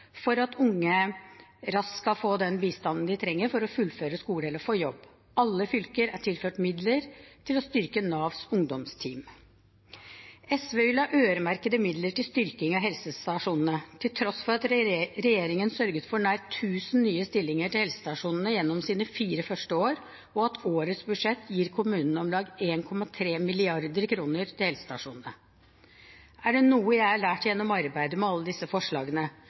for at unge raskt skal få den bistanden de trenger for å fullføre skole eller få jobb. Alle fylker er tilført midler til å styrke Navs ungdomsteam. SV vil ha øremerkede midler til styrking av helsestasjonene til tross for at regjeringen sørget for nær 1 000 nye stillinger til helsestasjonene gjennom sine fire første år, og at årets budsjett gir kommunene om lag 1,3 mrd. kr til helsestasjonene. Er det noe jeg har lært gjennom arbeidet med alle disse forslagene,